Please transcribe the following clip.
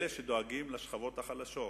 אלה שדואגים לשכבות החלשות,